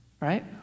Right